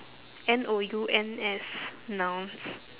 N O U N S nouns